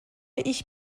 ich